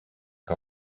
que